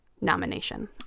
nomination